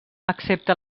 excepte